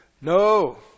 No